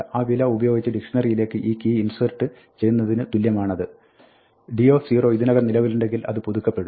ആ വില ഉപയോഗിച്ച് ഡിക്ഷ്ണറിയിലേക്ക് ഈ കീ ഇൻസേർട്ട് ചെയ്യുന്നതിന് തുല്യമാണത് d0 ഇനിനകം നിലവിലുണ്ടെങ്കിൽ അത് പുതുക്കപ്പെടും